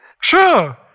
Sure